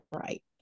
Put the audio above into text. right